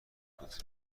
بود